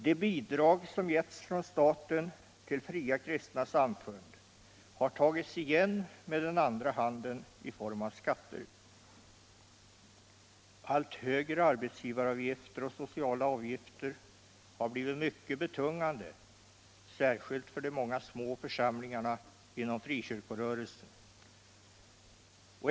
De bidrag som getts från staten till fria kristna samfund har tagits igen med den andra handen i form av skatter. Allt högre arbetsgivaravgifter och socialta avgifter har blivit mycket betungande särskilt för de många små församlingarna inom frikyrkorörelsen.